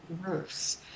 roofs